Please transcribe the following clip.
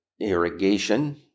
irrigation